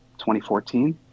2014